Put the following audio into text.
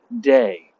day